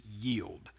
yield